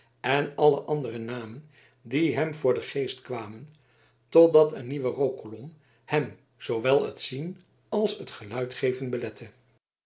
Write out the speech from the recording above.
en alle andere namen die hem voor den geest kwamen totdat een nieuwe rookkolom hem zoowel het zien als het geluidgeven belette